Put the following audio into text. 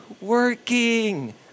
working